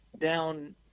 down